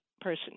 person